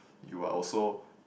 you are also